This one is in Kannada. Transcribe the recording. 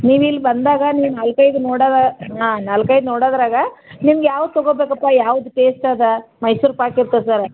ನೀವು ಇಲ್ಲಿ ಬಂದಾಗ ನೀವು ನಾಲ್ಕು ಐದು ನೋಡೋ ಹಾಂ ನಾಲ್ಕು ಐದು ನೋಡೋದ್ರಾಗ ನಿಮ್ಗೆ ಯಾವ್ದು ತಗೊಳ್ಬೇಕಪ್ಪ ಯಾವ್ದು ಟೇಸ್ಟ್ ಅದಾ ಮೈಸೂರು ಪಾಕ್ ಇರ್ತದೆ ಸರ್